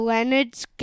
Leonard's